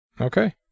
Okay